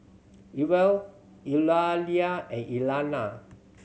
Ewell Eulalia and Elana